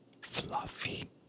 fluffy